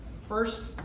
first